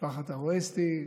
משפחת ארואסטי,